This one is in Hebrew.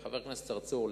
חבר הכנסת צרצור,